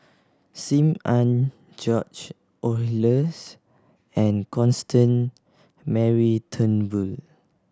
Sim Ann George Oehlers and Constant Mary Turnbull